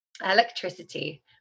electricity